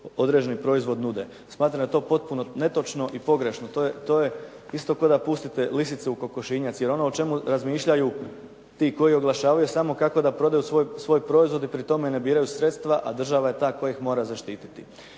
određeni proizvod nude." Smatram da je to potpuno netočno i pogrešno. To je isto kao da pustite lisice u kokošinjac, jer ono o čemu razmišljaju ti koji oglašavaju samo kako da prodaju svoj proizvod i pri tome ne biraju sredstva, a država je ta koja ih mora zaštititi,